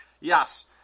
Yes